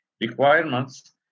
requirements